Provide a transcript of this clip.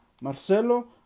Marcelo